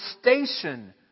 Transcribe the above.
station